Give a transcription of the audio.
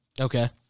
Okay